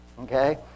Okay